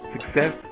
Success